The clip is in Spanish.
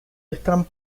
están